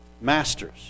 masters